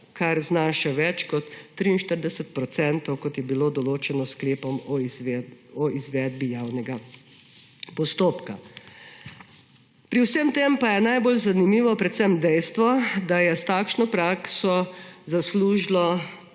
kar znaša več kot 43 %, kot je bilo določeno s sklepom o izvedbi javnega postopka. Pri vsem tem pa je najbolj zanimivo predvsem dejstvo, da je s takšno prakso zaslužilo